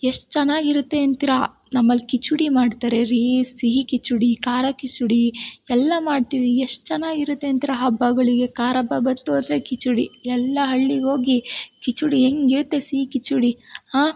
ಎಷ್ಟು ಚೆನ್ನಾಗಿರುತ್ತೆ ಅಂತೀರಾ ನಮ್ಮಲ್ಲಿ ಕಿಚಡಿ ಮಾಡ್ತಾರೆ ರೀ ಸಿಹಿ ಕಿಚಡಿ ಖಾರ ಕಿಚಡಿ ಎಲ್ಲ ಮಾಡ್ತೀವಿ ಎಷ್ಟು ಚೆನ್ನಾಗಿರುತ್ತೆ ಅಂತೀರ ಹಬ್ಬಗಳಿಗೆ ಕಾರಬ್ಬ ಬಂತು ಅಂದರೆ ಕಿಚಡಿ ಎಲ್ಲ ಹಳ್ಳಿಗ್ಹೋಗಿ ಕಿಚಡಿ ಹೆಂಗಿರುತ್ತೆ ಸಿಹಿ ಕಿಚಡಿ ಹಾಂ